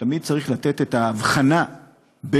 ותמיד צריך לתת את ההבחנה ביניהם,